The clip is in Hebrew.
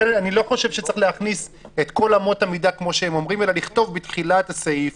חושב שצריך להכניס את כל אמות המידה אלא לכתוב בתחילת הסעיף